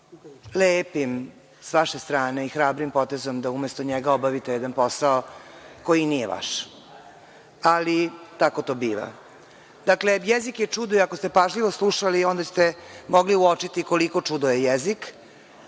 lepim sa vaše strane i hrabrim potezom da umesto njega obavite jedan posao koji nije vaš, ali tako to biva, dakle, jezik je čudo i ako ste pažljivo slušali, onda ste mogli uočiti koliko čudo je jezik.